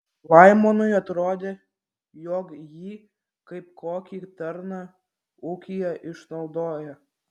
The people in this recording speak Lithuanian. laimonui atrodė jog jį kaip kokį tarną ūkyje išnaudoja